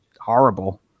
horrible